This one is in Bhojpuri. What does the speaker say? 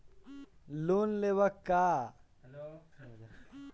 लोन लेबे ला का का पुरुफ लागि?